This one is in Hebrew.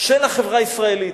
של החברה הישראלית,